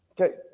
Okay